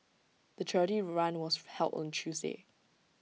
the charity run was held on Tuesday